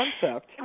concept